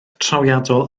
trawiadol